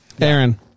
aaron